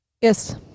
Yes